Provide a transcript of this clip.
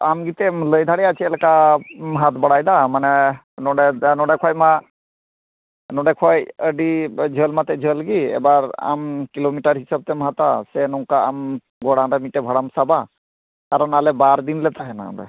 ᱟᱢ ᱜᱮ ᱮᱱᱛᱮᱫ ᱮᱢ ᱞᱟᱹᱭ ᱫᱟᱲᱮᱭᱟᱜ ᱪᱮᱫᱞᱮᱠᱟ ᱦᱟᱛ ᱵᱟᱲᱟᱭ ᱫᱟ ᱢᱟᱱᱮ ᱱᱚᱰᱮ ᱱᱚᱰᱮ ᱠᱷᱚᱡ ᱢᱟ ᱱᱚᱰᱮ ᱠᱷᱚᱡ ᱟᱹᱰᱤ ᱡᱷᱟᱹᱞ ᱢᱟᱛᱚ ᱡᱷᱟᱹᱞ ᱜᱤ ᱮᱵᱟᱨ ᱟᱢ ᱠᱤᱞᱳᱢᱤᱴᱟᱨ ᱦᱤᱥᱟᱹᱵ ᱛᱮᱢ ᱦᱟᱛᱟᱣᱟ ᱥᱮ ᱱᱚᱝᱠᱟ ᱟᱢ ᱜᱚᱲᱟᱱ ᱨᱮ ᱢᱤᱫᱴᱮᱡ ᱵᱷᱟᱲᱟᱢ ᱥᱟᱵᱟ ᱟᱨ ᱚᱱᱟ ᱟᱞᱮ ᱵᱟᱨ ᱫᱤᱱ ᱞᱮ ᱛᱟᱦᱮᱱᱟ ᱚᱸᱰᱮ